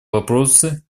вопросы